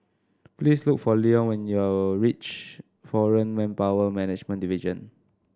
please look for Leone when you reach Foreign Manpower Management Division